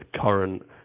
current